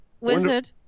Wizard